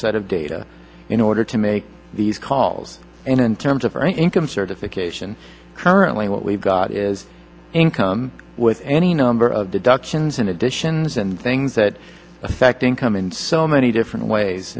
set of data in order to make these calls and in terms of income certification currently what we've got is income with any number of deductions and additions and things that affect income in so many different ways